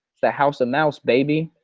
the house of mouse baby!